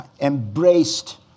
embraced